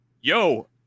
yo